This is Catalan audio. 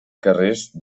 carrers